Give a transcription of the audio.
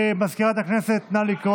מה הייתה